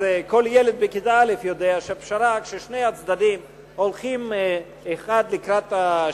כל ילד בכיתה א' יודע שפשרה זה כששני הצדדים הולכים אחד לקראת השני.